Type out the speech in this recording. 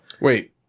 wait